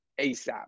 ASAP